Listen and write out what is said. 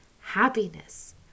happiness